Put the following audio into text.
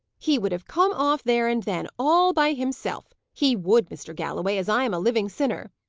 he would have come off there and then, all by himself he would, mr. galloway, as i am a living sinner!